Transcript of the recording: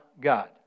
God